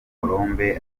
colombe